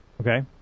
Okay